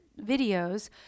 videos